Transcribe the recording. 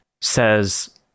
says